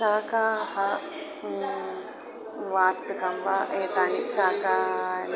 शाकाः वातकं वा एतानि शाकानि